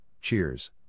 cheers